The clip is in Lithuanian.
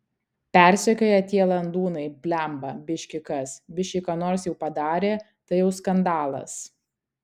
persekioja tie landūnai blemba biški kas biški ką nors jau padarė tai jau skandalas